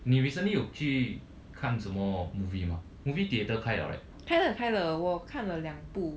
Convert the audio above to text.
你 recently 有去看什么 movie 吗 movie theatre 开 liao leh